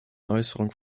äußerungen